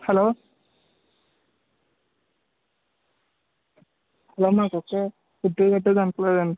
hello hello మా కుక్క food గట్టా తినట్లేదు అండి